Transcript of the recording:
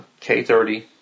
K30